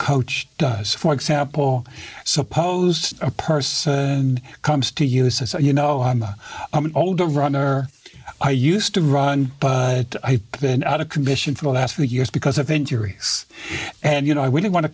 coach does for example suppose a person comes to use as a you know i'm a i'm an older runner i used to run i've been out of commission for the last few years because of injury and you know i wouldn't want to